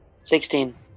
Sixteen